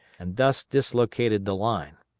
and thus dislocated the line.